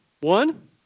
one